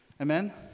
Amen